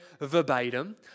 verbatim